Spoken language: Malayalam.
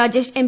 രാജേഷ് എം